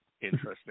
Interesting